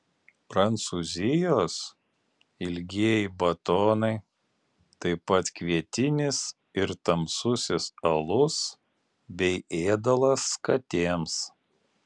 prancūzijos ilgieji batonai taip pat kvietinis ir tamsusis alus bei ėdalas katėms